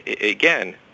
Again